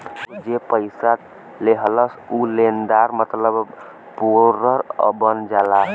अउर जे पइसा लेहलस ऊ लेनदार मतलब बोरोअर बन जाला